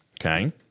Okay